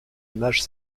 images